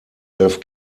elf